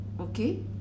okay